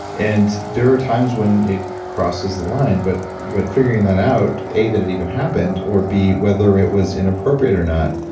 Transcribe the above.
and there are times when it crosses the line, but but figuring that out, a that it even happened or b, it was inappropriate or not,